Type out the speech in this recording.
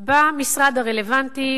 במשרד הרלוונטי,